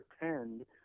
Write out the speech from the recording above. pretend